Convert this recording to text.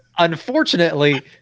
Unfortunately